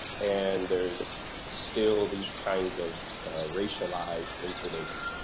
and there's still these kinds of racialized incidents